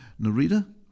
Narita